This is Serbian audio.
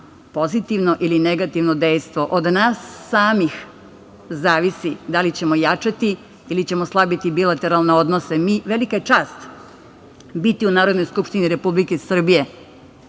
pozitivno ili negativno dejstvo. Od nas samih zavisi da li ćemo jačati ili ćemo slabiti bilateralne odnose. Velika je čast biti u Narodnoj skupštini Republike Srbije,